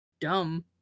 dumb